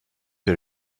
que